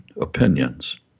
opinions